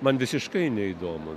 man visiškai neįdomu